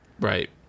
Right